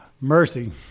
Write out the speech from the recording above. mercy